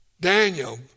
Daniel